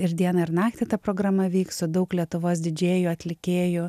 ir dieną ir naktį ta programa vyks su daug lietuvos didžėjų atlikėjų